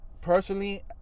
personally